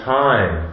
time